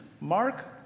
Mark